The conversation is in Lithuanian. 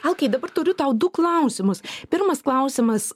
alkai dabar turiu tau du klausimus pirmas klausimas